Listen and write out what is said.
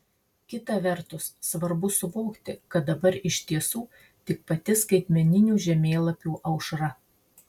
kita vertus svarbu suvokti kad dabar iš tiesų tik pati skaitmeninių žemėlapių aušra